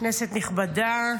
כנסת נכבדה,